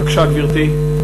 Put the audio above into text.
בבקשה, גברתי.